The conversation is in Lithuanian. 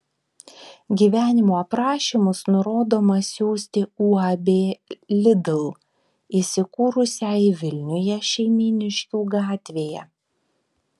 gyvenimo aprašymus nurodoma siųsti uab lidl įsikūrusiai vilniuje šeimyniškių gatvėje